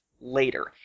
later